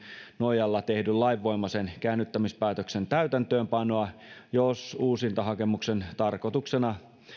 nojalla tehdyn lainvoimaisen käännyttämispäätöksen täytäntöönpanoa jos uusintahakemuksen tarkoituksena